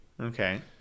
Okay